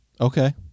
Okay